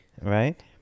right